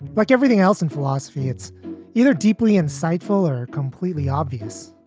like everything else in philosophy, it's either deeply insightful or completely obvious.